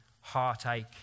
heartache